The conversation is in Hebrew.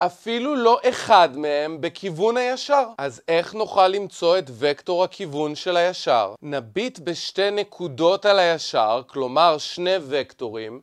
אפילו לא אחד מהם בכיוון הישר. אז איך נוכל למצוא את וקטור הכיוון של הישר? נביט בשתי נקודות על הישר, כלומר שני וקטורים,